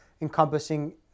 encompassing